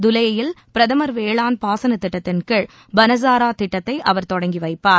துலே யில் பிரதமர் வேளாண் பாசன திட்டத்தின் கீழ் பனசாரா திட்டத்தை அவர் தொடங்கி வைப்பார்